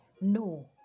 No